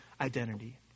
identity